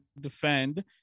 defend